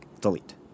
Delete